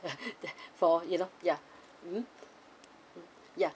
for you know ya mmhmm ya